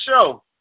show